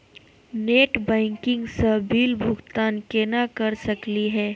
Net banking स bill भुगतान केना कर सकली हे?